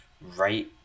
right